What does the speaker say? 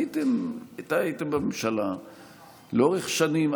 הייתם בממשלה לאורך שנים,